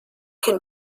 can